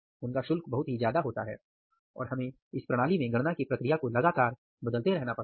उनका शुल्क बहुत ही ज्यादा होता है और हमें इस प्रणाली में गणना की प्रक्रिया को लगातार बदलते रहना पड़ता है